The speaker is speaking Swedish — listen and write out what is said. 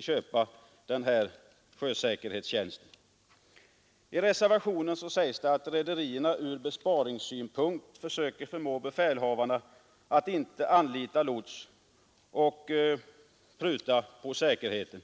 köpa den här sjösäkerhetstjänsten. I reservationen sägs att rederierna ur besparingssynpunkt försöker förmå befälhavarna att inte anlita lots. Därigenom prutar man på säkerheten.